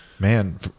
Man